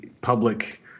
public